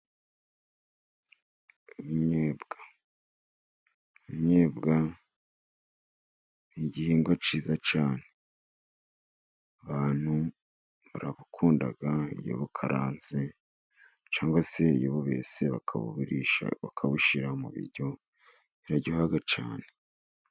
Ubunyobwa. Ubunyobwa ni igihingwa kiza cyane. Abantu barabukunda iyo karanze, cyangwa se y'ububese bakabugurisha, bakabushira mu biryo, biraryoha cyane.